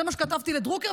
זה מה שכתבתי לדרוקר.